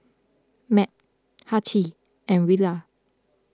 Mat Hattie and Rilla